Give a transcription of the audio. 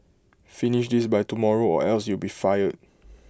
finish this by tomorrow or else you'll be fired